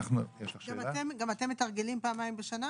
גם אתם מתרגלים פעמיים בשנה?